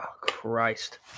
Christ